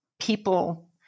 people